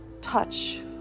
touch